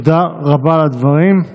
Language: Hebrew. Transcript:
תודה רבה על דברים.